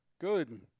Good